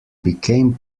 became